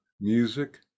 music